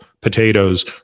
potatoes